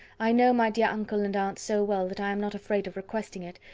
i know my dear uncle and aunt so well, that i am not afraid of requesting it,